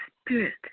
spirit